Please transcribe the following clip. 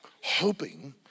hoping